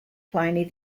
pliny